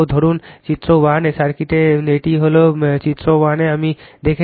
ধরুন চিত্র 1 এর সার্কিটে এটি হল চিত্র 1 আমি দেখাচ্ছি